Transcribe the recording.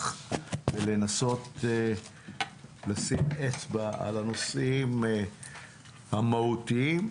ולנסות לשים אצבע על הנושאים המהותיים.